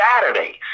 Saturdays